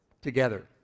together